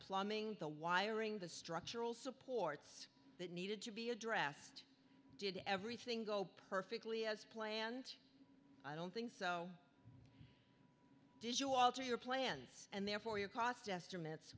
plumbing the wiring the structural supports that needed to be addressed did everything go perfectly as planned i don't think so did you alter your plans and therefore your cost estimates